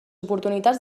oportunitats